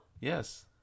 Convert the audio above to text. Yes